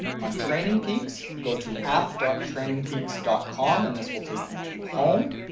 on training peaks, you go to app dot training peaks dot com, and this will take you to home.